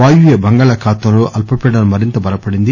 వాయువ్య బంగాళాఖాతంలో అల్పపీడనం మరింత బలపడింది